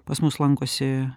pas mus lankosi